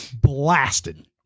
blasted